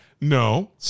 no